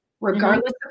regardless